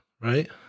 right